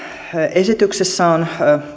esityksessä